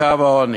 לקו העוני.